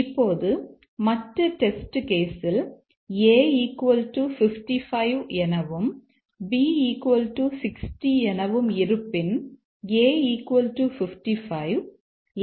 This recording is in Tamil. இப்போது மற்ற டெஸ்ட் கேஸ் ல் a 55 எனவும் b 60 எனவும் இருப்பின் a 5 5